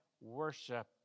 worship